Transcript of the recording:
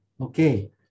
okay